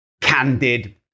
candid